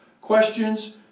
questions